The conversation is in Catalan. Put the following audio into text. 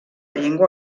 llengua